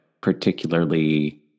particularly